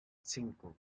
cinco